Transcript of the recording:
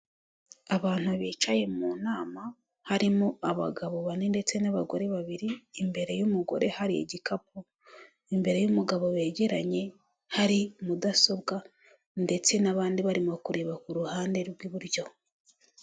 Abantu bicaye mu nama harimo abagabo bane ndetse n'abagore babiri, imbere y'umugore hari igikapu imbere y'umugabo begeranye hari mudasobwa ndetse n'abandi barimo kureba ku ruhande rw'iburyo.